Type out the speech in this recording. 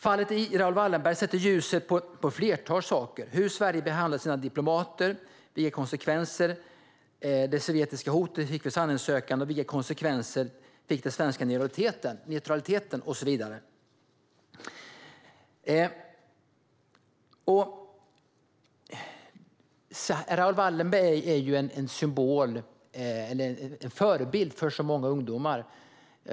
Fallet Raoul Wallenberg sätter ljuset på ett flertal saker: hur Sverige behandlat sina diplomater, vilka konsekvenser det sovjetiska hotet fick vid sanningssökandet, vilka konsekvenser den svenska neutraliteten fick och så vidare. Raoul Wallenberg är en symbol eller förebild för så många ungdomar.